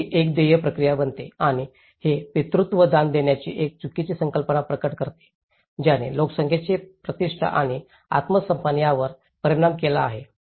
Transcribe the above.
तर ही एक देय प्रक्रिया बनते आणि हे पितृत्व दान देण्याची एक चुकीची संकल्पना प्रकट करते ज्याने लोकसंख्येची प्रतिष्ठा आणि आत्म सन्मान यावर परिणाम केला आहे